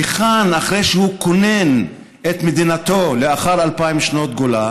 אחרי שהוא כונן את מדינתו לאחר אלפיים שנות גולה,